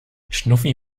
schnuffi